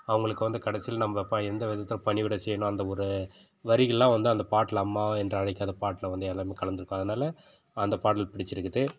அவங்களுக்கு வந்து கடைசியில் நம்ப ப எந்த விதத்தில் பணிவிடை செய்யணும் அந்த ஒரு வரிகளெலாம் வந்து அந்த பாட்டில் அம்மா என்று அழைக்காத பாட்டில் வந்து எல்லாமே கலந்திருக்கும் அதனாலே அந்த பாடல் பிடிச்சுருக்குது